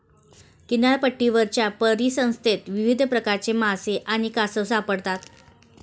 किनारपट्टीवरच्या परिसंस्थेत विविध प्रकारचे मासे आणि कासव सापडतात